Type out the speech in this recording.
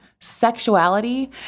sexuality